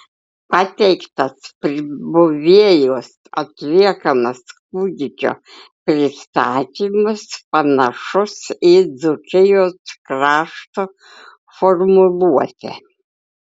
pateiktas pribuvėjos atliekamas kūdikio pristatymas panašus į dzūkijos krašto formuluotę